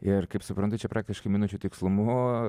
ir kaip suprantu čia praktiškai minučių tikslumu